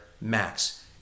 max